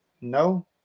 no